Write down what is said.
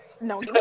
no